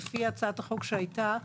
לפי הצעת החוק שהייתה,